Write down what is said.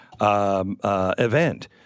Event